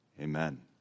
amen